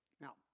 Now